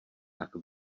tak